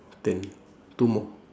ten two more